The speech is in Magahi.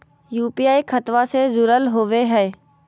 यू.पी.आई खतबा से जुरल होवे हय?